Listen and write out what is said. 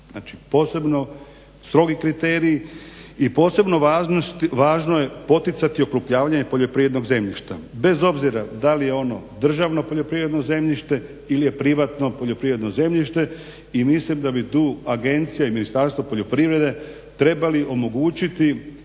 posebno strogi kriteriji i posebno važno je poticati okrupnjavanje poljoprivrednog zemljišta bez obzira da li je ono državno poljoprivredno zemljište ili je privatno poljoprivredno zemljište. I mislim da bi tu agencija i Ministarstvo poljoprivrede trebali omogućiti